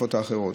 לתקופות האחרות.